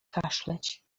kaszleć